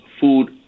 food